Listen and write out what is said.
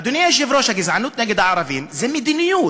אדוני היושב-ראש, הגזענות נגד הערבים היא מדיניות.